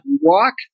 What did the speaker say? walk